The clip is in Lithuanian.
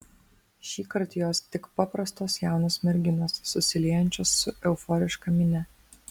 šįkart jos tik paprastos jaunos merginos susiliejančios su euforiška minia